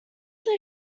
that